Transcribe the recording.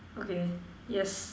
okay yes